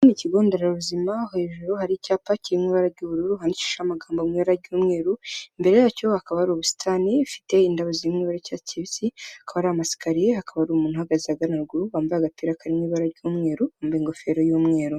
Ni ikigo nderabuzima hejuru hari icyapa kirimo ibara ry'ubururu handikishije amagambo ari mu mabaray'umweru imbere yacyo hakaba hari ubusitani, ifite indabo ziri mu ibara ry'icyatsi kibisi, akaba ari amasakariya hakaba ari umuntu uhagaze hagana ruguru wambaye agapira karimo ibara ry'umweru, wambaye ingofero y'umweru.